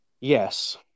Yes